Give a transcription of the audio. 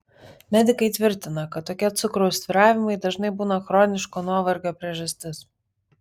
medikai tvirtina kad tokie cukraus svyravimai dažnai būna chroniško nuovargio priežastis